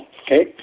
okay